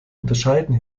unterscheiden